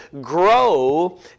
grow